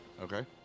Okay